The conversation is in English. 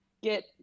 get